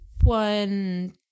one